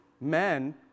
men